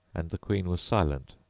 and the queen was silent.